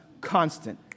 constant